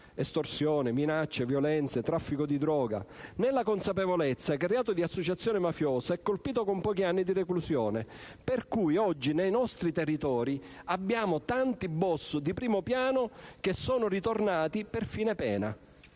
(estorsione, minacce, violenze, traffico di droga), nella consapevolezza che il reato di associazione mafiosa è colpito con pochi anni di reclusione, per cui oggi nei nostri territori abbiamo tanti *boss* di primo piano che sono ritornati per fine pena.